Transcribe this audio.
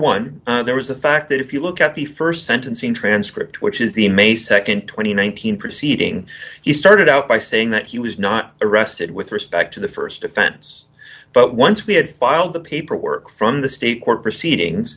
one there was the fact that if you look at the st sentencing transcript which is the may nd twenty one thousand proceeding he started out by saying that he was not arrested with respect to the st offense but once we had filed the paperwork from the state court proceedings